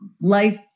life